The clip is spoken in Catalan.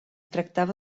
tractava